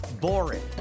boring